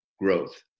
growth